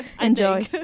Enjoy